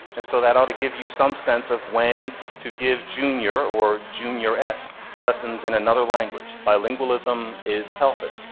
and so that ought to give you some sense of when to give junior or juniorette lessons in another language. bilingualism is healthy.